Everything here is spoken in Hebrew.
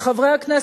"חברי הכנסת,